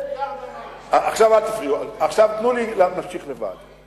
עכשיו אל תפריעו, עכשיו תנו לי להמשיך לבד.